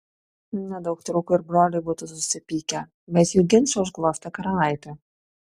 nedaug trūko ir broliai būtų susipykę bet jų ginčą užglostė karalaitė